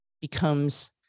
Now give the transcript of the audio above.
becomes